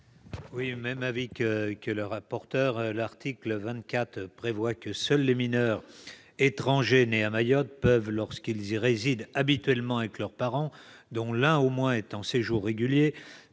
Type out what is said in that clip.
? Même avis que le rapporteur. L'article 24 prévoit que seuls les mineurs étrangers nés à Mayotte peuvent, lorsqu'ils y résident habituellement avec leurs parents, dont l'un au moins est en séjour régulier,